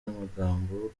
n’amagambo